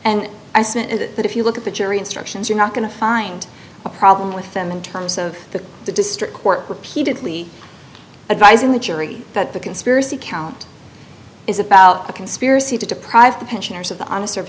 and i sent it but if you look at the jury instructions you're not going to find a problem with them in terms of the district court repeatedly advising the jury that the conspiracy count is about a conspiracy to deprive the pensioners of the honest